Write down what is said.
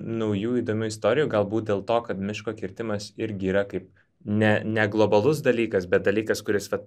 naujų įdomių istorijų galbūt dėl to kad miško kirtimas irgi yra kaip ne ne globalus dalykas bet dalykas kuris vat